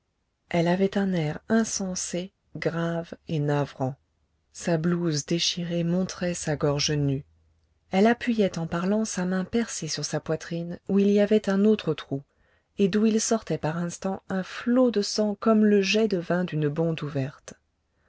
elle avait un air insensé grave et navrant sa blouse déchirée montrait sa gorge nue elle appuyait en parlant sa main percée sur sa poitrine où il y avait un autre trou et d'où il sortait par instants un flot de sang comme le jet de vin d'une bonde ouverte